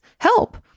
Help